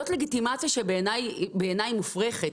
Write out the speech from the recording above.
זאת לגיטימציה שבעיניי היא מופרכת.